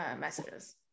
messages